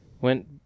Went